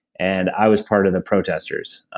and i was part of the protestors.